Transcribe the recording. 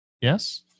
Yes